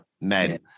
men